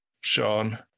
Sean